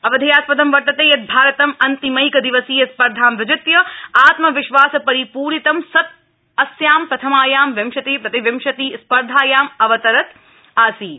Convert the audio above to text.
अवधेयास दं वर्तते यत् भारतम् अन्तिमैकदिवसीय स्पर्धा विजित्य आत्मविश्वास रिपूरितं सत् अस्यां प्रथमायां विशति प्रतिविंशति स्थार्धायां अवतरत् आसीत्